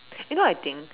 you know I think